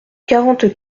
quarante